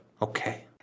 Okay